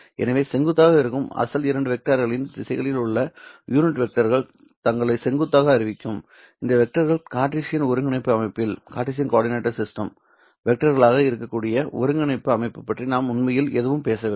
எனவே செங்குத்தாக இருக்கும் அசல் இரண்டு வெக்டர்களின் திசைகளில் உள்ள யூனிட் வெக்டர்கள் தங்களை செங்குத்தாக அறிவிக்கும் இந்த வெக்டர்கள் கார்ட்டீசியன் ஒருங்கிணைப்பு அமைப்பில் வெக்டர்களாக இருக்கக்கூடிய ஒருங்கிணைப்பு அமைப்பு பற்றி நான் உண்மையில் எதுவும் பேசவில்லை